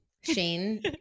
Shane